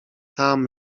tam